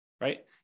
right